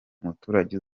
umuturage